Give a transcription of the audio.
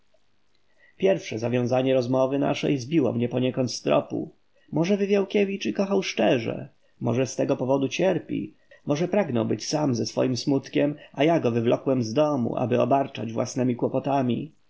pierwsze zawiązanie rozmowy naszej zbiło mnie poniekąd z tropu może wywiałkiewicz i kochał szczerze może z tego powodu cierpi może pragnął być sam ze swoim smutkiem a ja go wywlokłem z domu aby obarczać własnemi kłopotami